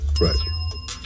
Right